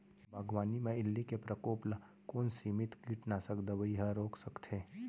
बागवानी म इल्ली के प्रकोप ल कोन सीमित कीटनाशक दवई ह रोक सकथे?